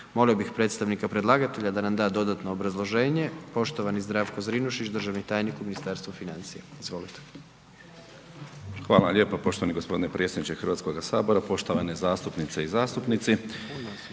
Molimo bih predstavnika predlagatelja da nam da dodatno obrazloženje, poštovani Zdravko Zrinušić, državni tajnik u Ministarstvu financija. Izvolite. **Zrinušić, Zdravko** Hvala vam lijepo poštovani gospodine predsjedniče Hrvatskoga sabora. Poštovane zastupnice i zastupnici,